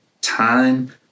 time